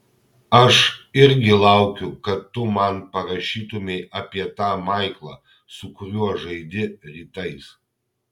aš irgi laukiu kad tu man parašytumei apie tą maiklą su kuriuo žaidi rytais